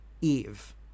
Eve